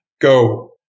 go